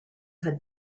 had